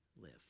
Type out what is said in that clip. live